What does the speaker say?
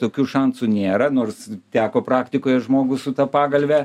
tokių šansų nėra nors teko praktikoje žmogų su ta pagalve